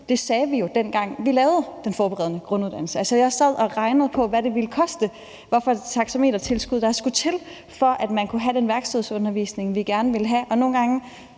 ting sagde vi jo, dengang vi lavede den forberedende grunduddannelse. Jeg sad og regnede på, hvad det ville koste, altså hvad for et taxametertilskud der skulle til, for at man kunne have den værkstedsundervisning, vi gerne vil have,